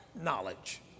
knowledge